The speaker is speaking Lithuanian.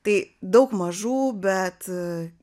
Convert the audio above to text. tai daug mažų bet